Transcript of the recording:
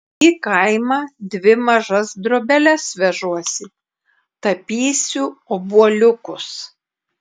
į kaimą dvi mažas drobeles vežuosi tapysiu obuoliukus